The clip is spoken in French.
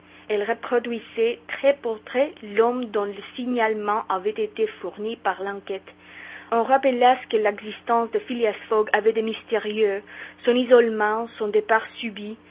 elle reproduisait trait pour trait l'homme dont le signalement avait été fourni par l'enquête on rappela ce que l'existence de phileas fogg avait de mystérieux son isolement son départ subit